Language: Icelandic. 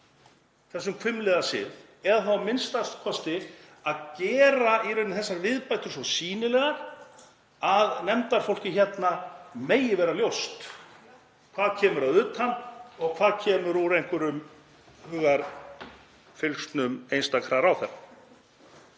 þessum hvimleiða sið eða þá a.m.k. að gera í rauninni þessar viðbætur svo sýnilegar að nefndafólki hérna megi vera ljóst hvað kemur að utan og hvað kemur úr einhverjum hugarfylgsnum einstakra ráðherra.